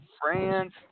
France